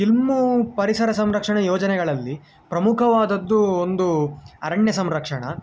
ಕಿಲ್ಮು ಪರಿಸರ ಸಂರಕ್ಷಣ ಯೋಜನೆಗಳಲ್ಲಿ ಪ್ರಮುಖವಾದದ್ದು ಒಂದು ಅರಣ್ಯ ಸಂರಕ್ಷಣೆ